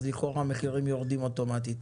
לכאורה המחירים יורדים אוטומטית.